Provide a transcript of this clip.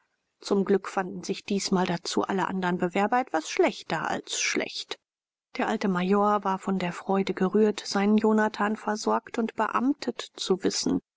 zum glück fanden sich diesmal dazu alle andern bewerber etwas schlechter als schlecht der alte major war von der freude gerührt seinen jonathan versorgt und beamtet zu wissen